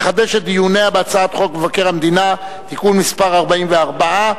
לחדש את דיוניה בהצעת חוק מבקר המדינה (תיקון מס' 44),